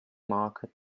market